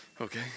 okay